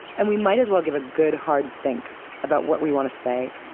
and we might as well give a good hard think about what we want to say